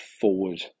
forward